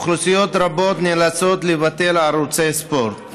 ואוכלוסיות רבות נאלצות לבטל ערוצי ספורט.